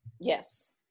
yes